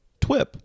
TWIP